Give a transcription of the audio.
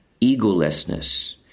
egolessness